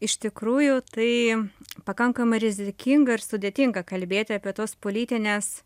iš tikrųjų tai pakankamai rizikinga ir sudėtinga kalbėti apie tos politinės